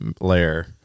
layer